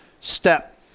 step